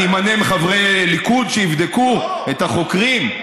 אני אמנה חברי ליכוד שיבדקו את החוקרים?